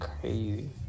crazy